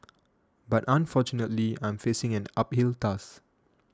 but unfortunately I'm facing an uphill task